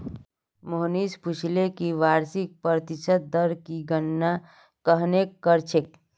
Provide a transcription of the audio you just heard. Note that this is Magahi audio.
मोहनीश पूछले कि वार्षिक प्रतिशत दर की गणना कंहे करछेक